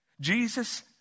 Jesus